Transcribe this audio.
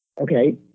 Okay